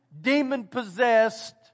demon-possessed